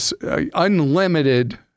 unlimited